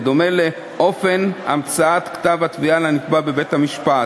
בדומה לאופן המצאת כתב התביעה לנתבע בבית-המשפט.